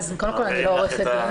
אני לא עורכת דין.